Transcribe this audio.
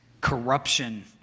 corruption